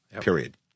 period